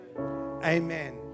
Amen